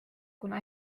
kuna